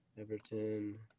Everton